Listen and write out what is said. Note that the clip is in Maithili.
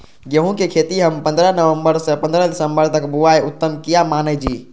गेहूं के खेती हम पंद्रह नवम्बर से पंद्रह दिसम्बर तक बुआई उत्तम किया माने जी?